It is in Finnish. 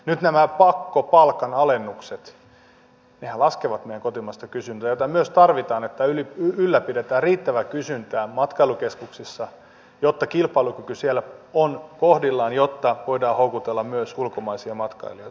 nyt nämä pakkopalkanalennukset laskevat meidän kotimaista kysyntää jota myös tarvitaan että ylläpidetään riittävää kysyntää matkailukeskuksissa jotta kilpailukyky siellä on kohdillaan jotta voidaan houkutella myös ulkomaisia matkailijoita